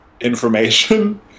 information